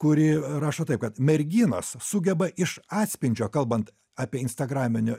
kuri rašo taip kad merginos sugeba iš atspindžio kalbant apie instagraminių